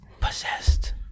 Possessed